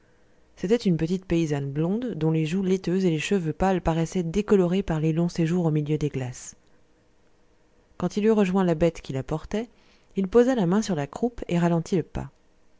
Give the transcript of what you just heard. c'était une petite paysanne blonde dont les joues laiteuses et les cheveux pâles paraissaient décolorés par les longs séjours au milieu des glaces quand il eut rejoint la bête qui la portait il posa la main sur la croupe et ralentit le pas